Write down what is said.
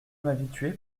m’habituer